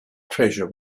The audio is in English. treasure